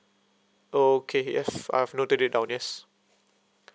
okay yes I've noted it down yes